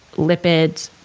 lipids,